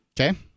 Okay